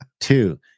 Two